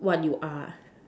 what you are